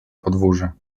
podwórze